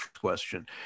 question